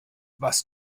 was